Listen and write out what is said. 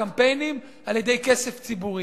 הקמפיינים על-ידי כסף ציבורי.